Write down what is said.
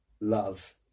love